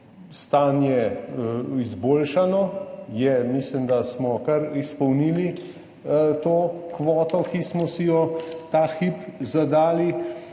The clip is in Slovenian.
stanje izboljšano. Mislim, da smo kar izpolnili to kvoto, ki smo si jo ta hip zadali.